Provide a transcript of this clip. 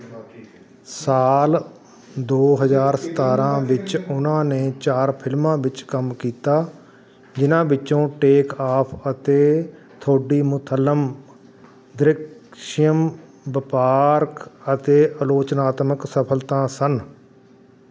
ਸਾਲ ਦੋ ਹਜ਼ਾਰ ਸਤਾਰਾਂ ਵਿੱਚ ਉਹਨਾਂ ਨੇ ਚਾਰ ਫ਼ਿਲਮਾਂ ਵਿੱਚ ਕੰਮ ਕੀਤਾ ਜਿਨ੍ਹਾਂ ਵਿੱਚੋਂ ਟੇਕ ਆੱਫ਼ ਅਤੇ ਥੋਡੀਮੁਥਲਮ ਦ੍ਰਿਕਸ਼ਿਯਮ ਵਪਾਰਕ ਅਤੇ ਆਲੋਚਨਾਤਮਕ ਸਫਲਤਾ ਸਨ